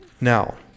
Now